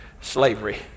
slavery